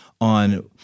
on